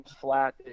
flat